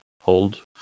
hold